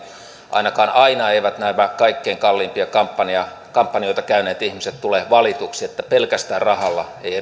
ainakaan aina eivät nämä kaikkein kalliimpia kampanjoita käyneet ihmiset tule valituiksi niin että pelkästään rahalla ei